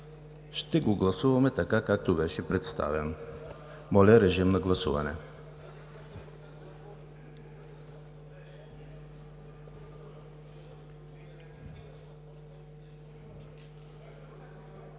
Ще го гласуваме така, както беше представен. Моля, гласувайте.